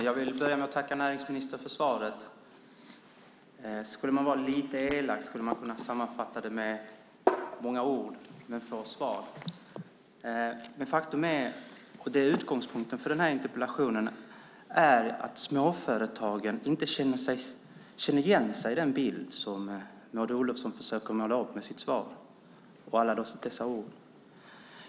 Herr talman! Jag tackar näringsministern för svaret. Lite elakt skulle man kunna sammanfatta det med: många ord men få svar. Utgångspunkten för interpellationen är att småföretagen inte känner igen sig i den bild som Maud Olofsson försöker måla upp med sitt svar och alla ord.